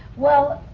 well.